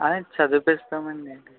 అదే చదివిస్తామండి